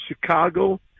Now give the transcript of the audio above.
Chicago